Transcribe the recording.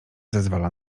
zezwala